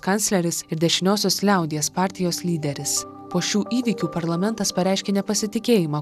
kancleris ir dešiniosios liaudies partijos lyderis po šių įvykių parlamentas pareiškė nepasitikėjimą